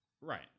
Right